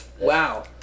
Wow